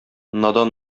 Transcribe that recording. надан